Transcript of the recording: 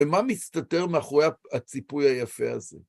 ומה מסתתר מאחורי הציפוי היפה הזה?